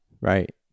right